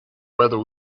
whether